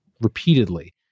repeatedly